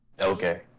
Okay